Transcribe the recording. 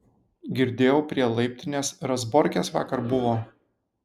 girdėjau prie laiptinės razborkės vakar buvo